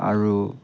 আৰু